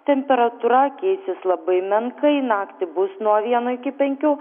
temperatūra keisis labai menkai naktį bus nuo vieno iki penkių